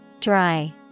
Dry